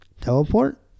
Teleport